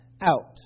out